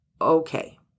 okay